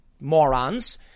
morons